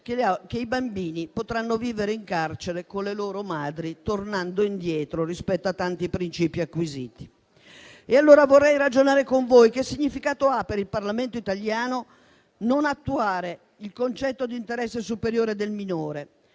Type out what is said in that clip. che i bambini potranno vivere in carcere con le loro madri, tornando indietro rispetto a tanti principi acquisiti. Vorrei quindi ragionare con voi su che significato ha per il Parlamento italiano non attuare il concetto di interesse superiore del minore